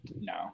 No